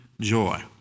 joy